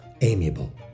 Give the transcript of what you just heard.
amiable